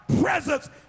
presence